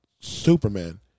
Superman